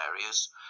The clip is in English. areas